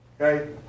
Okay